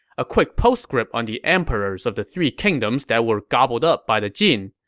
a quick postscript on the emperors of the three kingdoms that were gobbled up by the jin.